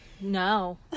No